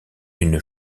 une